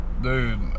dude